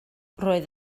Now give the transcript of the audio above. roedd